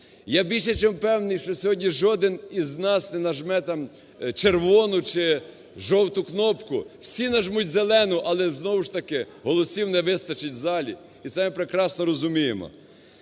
Я більше чим впевнений, що сьогодні жоден із нас не нажме там червону чи жовту кнопку, всі нажмуть зелену, але знову ж таки голосів не вистачить у залі, і це ми прекрасно розуміємо.